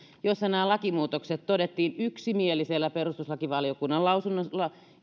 jossa näistä lakimuutoksista todettiin yksimielisellä perustuslakivaliokunnan lausunnolla